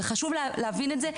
וחשוב להבין את זה,